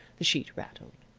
the sheet rattled.